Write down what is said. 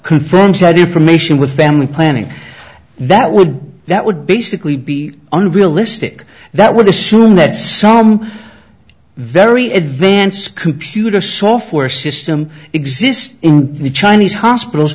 confirm said information with family planning that would that would basically be unrealistic that would assume that some very events computer software system exist in the chinese hospitals